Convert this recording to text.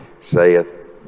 Saith